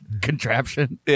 contraption